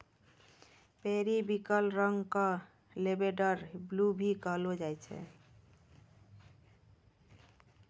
periwinkle रंग क lavender blue भी कहलो जाय छै